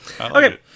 Okay